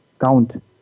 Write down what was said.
count